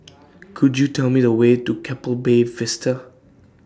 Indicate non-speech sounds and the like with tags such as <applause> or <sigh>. <noise> Could YOU Tell Me The Way to Keppel Bay Vista